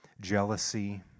jealousy